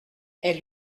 elle